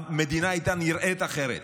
המדינה הייתה נראית אחרת.